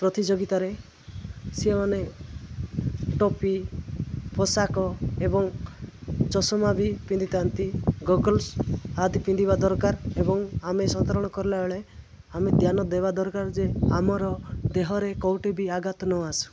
ପ୍ରତିଯୋଗିତାରେ ସିଏମାନେ ଟୋପି ପୋଷାକ ଏବଂ ଚଷମା ବି ପିନ୍ଧିଥାନ୍ତି ଗଗଲ୍ସ ଆଦି ପିନ୍ଧିବା ଦରକାର ଏବଂ ଆମେ ସନ୍ତରଣ କଲାବେେଳେ ଆମେ ଧ୍ୟାନ ଦେବା ଦରକାର ଯେ ଆମର ଦେହରେ କେଉଁଠି ବି ଆଘାତ ନ ଆସୁ